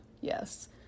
Yes